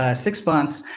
ah six months.